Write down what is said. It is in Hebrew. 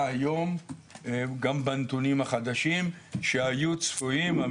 היום גם בנתונים החדשים שהיו צפויים.